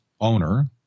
owner